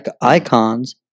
icons